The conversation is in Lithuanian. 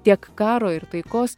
tiek karo ir taikos